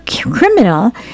criminal